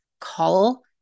call